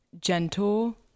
gentle